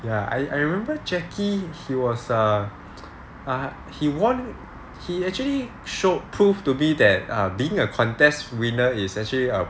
ya I I remember jacky he was err he won he actually showed proved to me that are being a contest winner is actually a